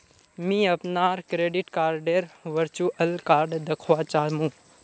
मी अपनार क्रेडिट कार्डडेर वर्चुअल कार्ड दखवा चाह मु